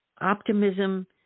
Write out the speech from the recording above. optimism